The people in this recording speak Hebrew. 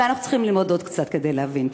אולי אנחנו צריכים ללמוד עוד קצת כדי להבין.